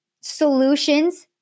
solutions